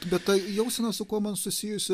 bet ta jausena su kuo man susijusi